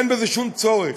אין בזה שום צורך,